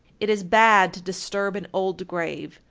it is bad to disturb an old grave,